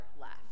left